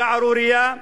שערורייה,